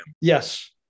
Yes